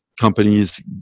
companies